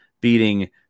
beating